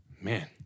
man